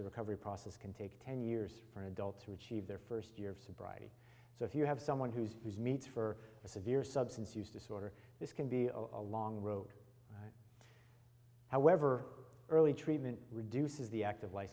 the recovery process can take ten years for an adult to achieve their first year of sobriety so if you have someone who's who's meets for a severe substance use disorder this can be a long road however early treatment reduces the active